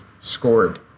scored